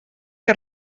que